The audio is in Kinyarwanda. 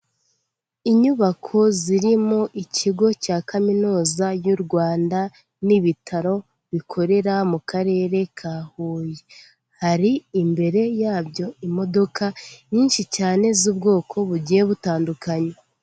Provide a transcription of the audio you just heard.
Inyubako ziri mu ikigo cya kaminuza y'Urwanda n'ibitaro bikorera mu karere ka Huye, hari imbere yabyo imodoka nyinshi cyane z'ubwoko bugiye butandukanye.